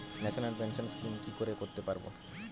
National pension scheme কি করে করতে পারব?